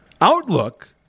outlook